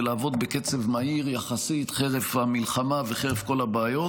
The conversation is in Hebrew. ולעבוד בקצב מהיר יחסית חרף המלחמה וחרף כל הבעיות,